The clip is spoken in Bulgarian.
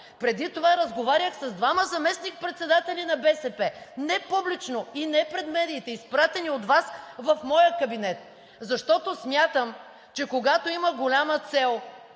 Преди това разговарях с двама заместник-председатели на БСП, не публично и не пред медиите, изпратени от Вас в моя кабинет, защото смятам, че когато има голяма цел